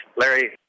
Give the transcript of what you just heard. Larry